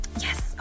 yes